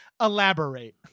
elaborate